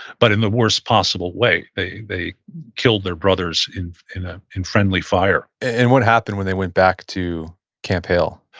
but in the worst possible way they they killed their brothers in in ah friendly fire and what happened when they went back to camp hale?